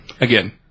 Again